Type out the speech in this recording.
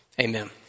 Amen